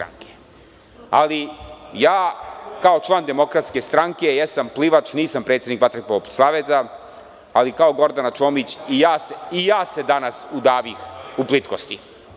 Ali, ja kao član DS jesam plivač, nisam predsednik Vaterpolo saveza, ali kao i Gordana Čomić, i ja se danas udavih u plitkosti.